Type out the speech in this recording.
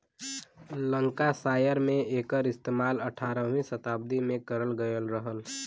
Lancashire में एकर इस्तेमाल अठारहवीं सताब्दी में करल गयल रहल